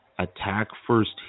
attack-first